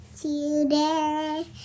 today